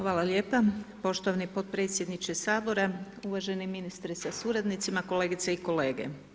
Hvala lijepa, poštovani podpredsjedniče Sabora, uvaženi ministre sa suradnicima, kolegice i kolege.